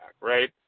right